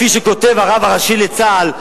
כפי שכותב הרב הראשי לצה"ל,